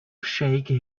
shake